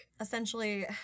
Essentially